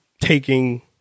taking